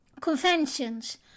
conventions